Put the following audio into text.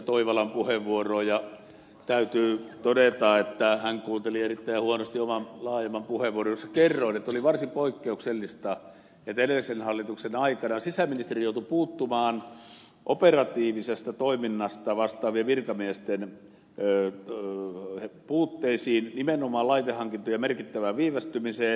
toivakan puheenvuoroa ja täytyy todeta että hän kuunteli erittäin huonosti oman laajemman puheenvuoroni jossa kerroin että oli varsin poikkeuksellista että edellisen hallituksen aikana sisäministeri joutui puuttumaan operatiivisesta toiminnasta vastaavien virkamiesten puutteisiin nimenomaan laitehankintojen merkittävään viivästymiseen